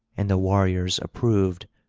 and the warriors approved,